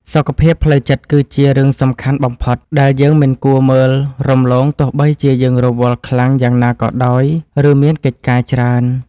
សុខភាពផ្លូវចិត្តគឺជារឿងសំខាន់បំផុតដែលយើងមិនគួរមើលរំលងទោះបីជាយើងរវល់ខ្លាំងយ៉ាងណាក៏ដោយ ឬ មានកិច្ចការច្រើន។